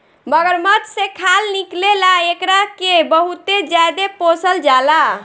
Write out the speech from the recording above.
मगरमच्छ से खाल निकले ला एकरा के बहुते ज्यादे पोसल जाला